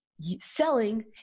selling